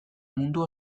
mundu